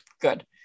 Good